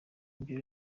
ibyo